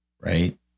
right